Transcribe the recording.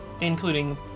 including